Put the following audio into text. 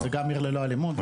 זה גם עיר ללא אלימות,